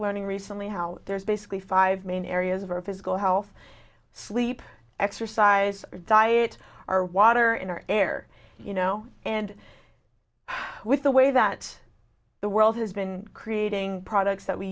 learning recently how there's basically five main areas of our physical health sleep exercise diet our water in our air you know and with the way that the world has been creating products that we